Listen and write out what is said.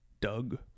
Doug